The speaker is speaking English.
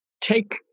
take